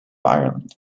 ireland